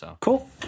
Cool